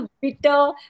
bitter